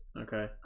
okay